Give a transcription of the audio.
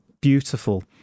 Beautiful